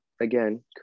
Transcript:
again